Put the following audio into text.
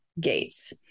Gates